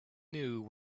knew